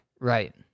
Right